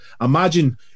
imagine